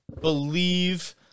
believe